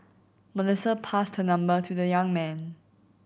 Melissa passed her number to the young man